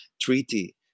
treaty